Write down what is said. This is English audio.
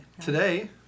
Today